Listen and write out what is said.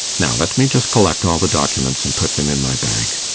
now, let me just collect all the documents, and put them in my bag.